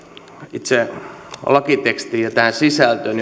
itse lakitekstiin ja tähän sisältöön